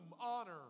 honor